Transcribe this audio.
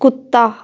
ਕੁੱਤਾ